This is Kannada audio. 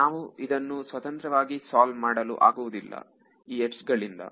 ನಾವು ಇದನ್ನು ಸ್ವತಂತ್ರವಾಗಿ ಸಾಲ್ವ ಆಗುವುದಿಲ್ಲ ಈ ಯಡ್ಜ್ ಗಳಿಂದ